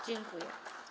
Dziękuję.